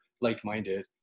like-minded